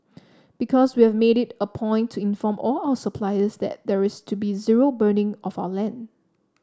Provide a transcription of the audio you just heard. because we have made it a point to inform all our suppliers that there is to be zero burning of our land